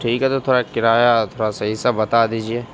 ٹھیک ہے تو تھوڑا کرایہ تھوڑا صحیح سے بتا دیجیے